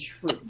true